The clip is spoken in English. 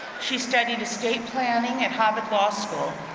she studied estate planning and harvard law school.